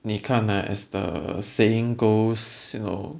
你看 ah as the saying goes you know